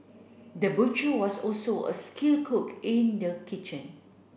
the butcher was also a skilled cook in the kitchen